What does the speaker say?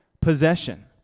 possession